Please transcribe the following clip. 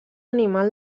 animal